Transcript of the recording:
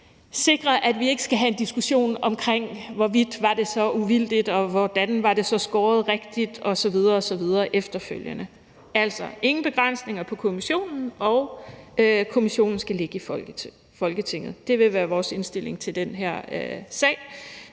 ikke efterfølgende skal komme en diskussion om, hvorvidt det var uvildigt, og om det så var skåret rigtigt osv. osv. Altså: Ingen begrænsninger på kommissionen, og kommissionen skal ligge i Folketinget. Det vil være vores indstilling til den her sag.